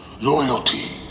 loyalty